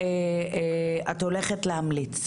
שאת הולכת להמליץ,